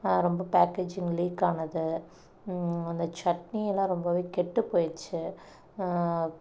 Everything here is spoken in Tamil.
ரொம்ப பேக்கேஜிங் லீக் ஆனது அந்த சட்னியெல்லாம் ரொம்பவே கெட்டு போயிடுச்சு